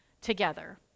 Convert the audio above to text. together